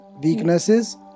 weaknesses